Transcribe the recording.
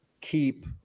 keep